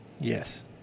yes